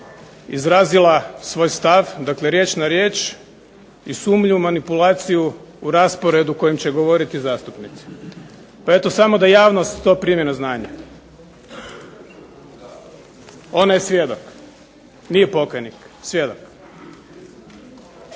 izrazila svoj stav, dakle riječ na riječ i sumnju u manipulaciju u rasporedu kojim će govoriti zastupnici. Pa eto samo da javnost to primi na znanje. Ona je svjedok. Nije pokajnik, svjedok.